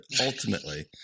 ultimately